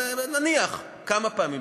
אבל נניח כמה פעמים,